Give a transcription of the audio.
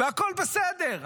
והכל בסדר,